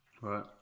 Right